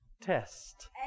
test